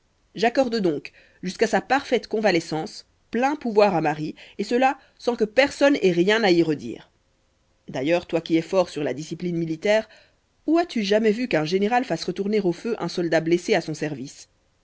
j'accorde donc jusqu'à sa parfaite convalescence plein pouvoir à marie et cela sans que personne ait rien à y redire d'ailleurs toi qui es fort sur la discipline militaire où as-tu jamais vu qu'un général fasse retourner au feu un soldat blessé à son service